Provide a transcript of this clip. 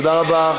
תודה רבה.